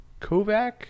Kovac